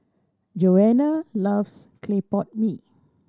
Joana loves clay pot mee